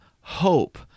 hope